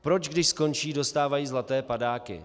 Proč když skončí, dostávají zlaté padáky?.